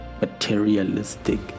materialistic